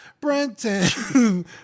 Brenton